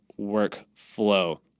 workflow